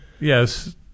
yes